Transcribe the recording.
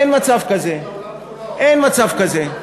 אין מצב כזה, אין מצב כזה.